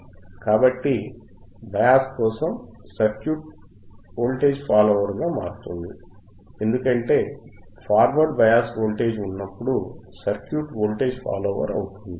కాబట్టి బయాస్ కోసం circuit voltage follower గా మారుతుంది ఎందుకంటే ఫార్వర్డ్ బయాస్ వోల్టేజ్ ఉన్నప్పుడు సర్క్యూట్ వోల్టేజ్ ఫాలోయర్ అవుతుంది